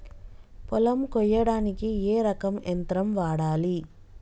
పొలం కొయ్యడానికి ఏ రకం యంత్రం వాడాలి?